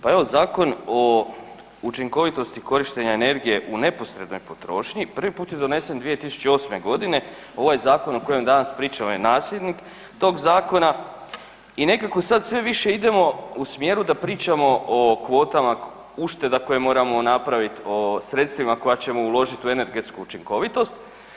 Pa evo, Zakon o učinkovitosti korištenja energije u neposrednoj potrošnji prvi put je donesen 2008.g., ovaj zakon o kojem danas pričamo je nasljednik tog zakona i nekako sad sve više idemo u smjeru da pričamo o kvotama ušteda koje moramo napravit, o sredstvima koja ćemo uložit u energetsku učinkovitost.